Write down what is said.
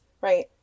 Right